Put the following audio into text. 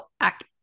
act